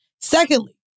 Secondly